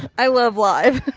i love live.